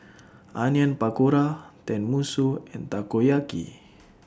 Onion Pakora Tenmusu and Takoyaki